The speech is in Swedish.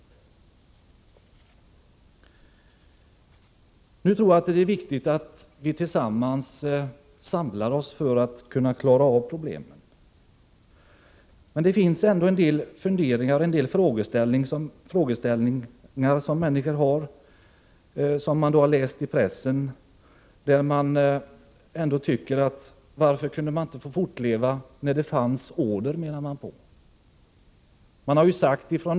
Det är emellertid viktigt att vi tillsammans försöker klara problemen. Det finns ändå en del frågor som människor ställer sig efter att ha läst i pressen. De frågar: Varför kunde inte varvet få fortleva när det fanns order?